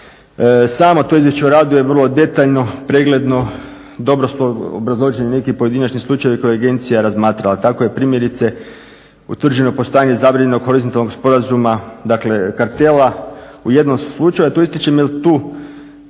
Samo to izvješće o radu je vrlo detaljno, pregledno, dobro su obrazloženi neki pojedinačni slučajevi koje je agencija razmatrala. Tako je primjerice utvrđeno postojanje zabranjenog horizontalnog sporazuma, dakle kartela u jednom slučaju. A to ističem jer tu